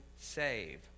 save